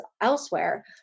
elsewhere